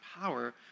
power